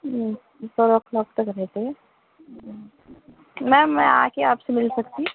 four o'clock تک رہتی ہیں میم میں آ کے آپ سے مل سکتی